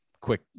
quick